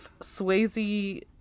Swayze